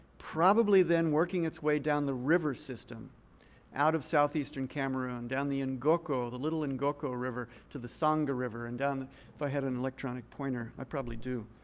probably then working its way down the river system out of southeastern cameroon, down the ngoko, the little ngoko river to the sangha river and down if i had an electronic pointer, i probably do.